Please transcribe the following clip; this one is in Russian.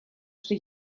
что